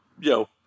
yo